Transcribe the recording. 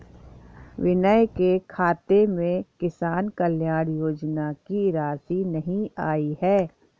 विनय के खाते में किसान कल्याण योजना की राशि नहीं आई है